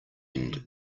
end